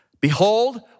Behold